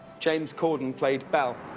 james corden played belle.